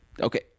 okay